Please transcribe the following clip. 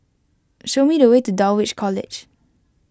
show me the way to Dulwich College